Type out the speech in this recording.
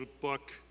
book